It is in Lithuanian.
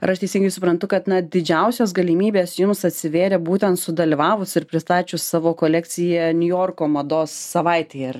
ar aš teisingai suprantu kad na didžiausios galimybės jums atsivėrė būtent sudalyvavus ir pristačius savo kolekciją niujorko mados savaitėj ar